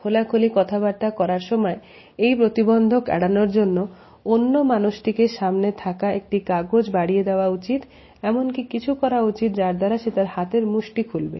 খোলাখুলি কথাবার্তা করার সময় এই প্রতিবন্ধক এড়ানোর জন্য অন্য মানুষটিকে সামনে থাকা একটি কাগজ বাড়িয়ে দেওয়া উচিত এমন কিছু করা উচিত যার দ্বারা সে তাঁর হাতের মুষ্টি খুলবে